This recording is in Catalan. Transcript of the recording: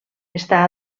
està